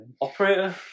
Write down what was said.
operator